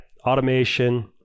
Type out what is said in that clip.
automation